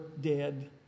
dead